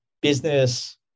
business